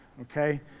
okay